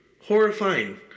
horrifying